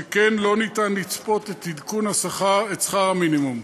שכן לא ניתן לצפות את עדכון שכר המינימום.